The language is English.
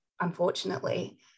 unfortunately